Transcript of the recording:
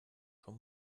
schon